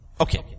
Okay